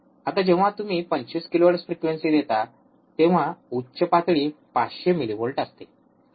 आता जेव्हा तुम्ही हे २५ किलोहर्ट्झ फ्रिक्वेंसी देता तेव्हा उच्च पातळी ५०० मिलीव्होल्ट असते